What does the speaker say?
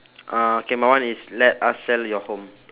uh K my one is let us sell your home